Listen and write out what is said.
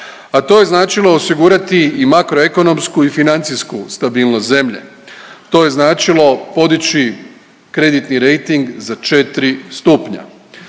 A to je značilo osigurati i makroekonomsku i financijsku stabilnost zemlje. To je značilo podići kreditni rejting za 4 stupnja.